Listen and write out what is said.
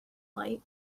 light